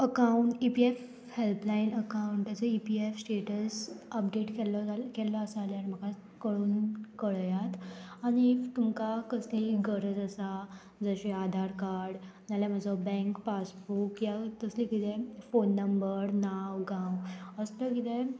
account E P F helpline अकाउंटाचो E P F status update केल्लो जेल्लो आसा जाल्यार म्हाका कळून कळयात आनी इफ तुमकां कसलीय गरज आसा जशें आधार कार्ड नाल्या म्हजो बँक पासबूक या तसलें कितें फोन नंबर नांव गांव असलें कितें